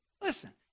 Listen